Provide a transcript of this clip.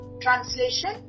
translation